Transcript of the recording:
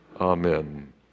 Amen